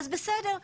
אז בסדר,